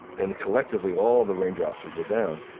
and collectively, all the raindrops will go down,